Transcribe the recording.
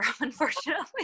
unfortunately